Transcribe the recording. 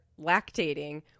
lactating